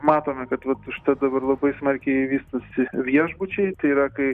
matome kad vat užtat dabar labai smarkiai vystosi viešbučiai tai yra kai